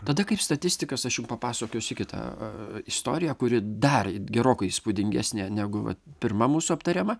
tada kaip statistikas aš jum papasakosiu kitą istoriją kuri dar gerokai įspūdingesnė negu pirma mūsų aptariama